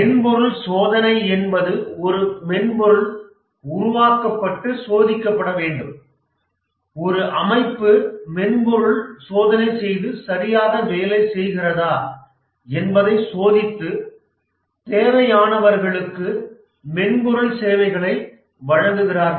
மென்பொருள் சோதனை என்பது ஒரு மென்பொருள் உருவாக்கப்பட்டு சோதிக்கப்பட வேண்டும் ஒரு அமைப்பு மென்பொருள் சோதனை செய்து சரியாக வேலை செய்கிறதா என்பதை சோதித்து தேவையானவர்களுக்கு மென்பொருள் சேவைகளை வழங்குகிறார்கள்